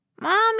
Mommy